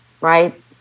right